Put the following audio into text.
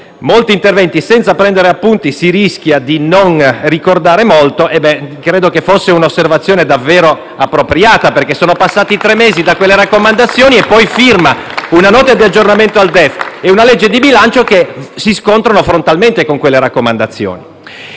molti interventi senza prendere appunti si rischia di non ricordare molto, ha fatto un'osservazione davvero appropriata. Sono infatti passati tre mesi da quelle raccomandazioni e lei ha firmato una Nota di aggiornamento al DEF e una legge di bilancio che si scontrano frontalmente con quelle raccomandazioni.